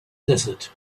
desert